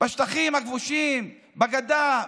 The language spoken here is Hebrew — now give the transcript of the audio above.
בשטחים הכבושים, בגדה,